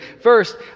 First